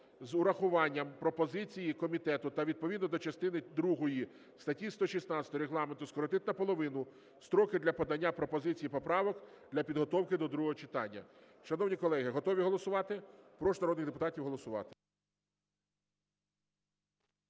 з урахуванням пропозицій комітету та відповідно до частини другої статті 116 Регламенту скоротити наполовину строки для подання пропозицій і поправок для підготовки до другого читання. Шановні колеги, готові голосувати? Прошу народних депутатів голосувати.